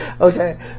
Okay